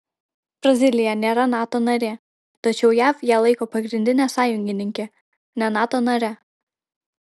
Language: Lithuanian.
brazilija nėra nato narė tačiau jav ją laiko pagrindine sąjungininke ne nato nare